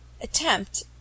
attempt